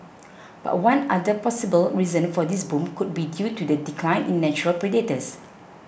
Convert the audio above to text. but one other possible reason for this boom could be due to the decline in natural predators